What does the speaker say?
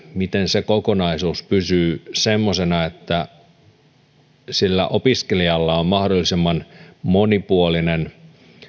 miten kokonaisuus pysyy semmoisena että opiskelijalla on mahdollisimman monipuolinen